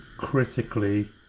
Critically